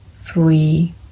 three